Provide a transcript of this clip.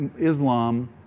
Islam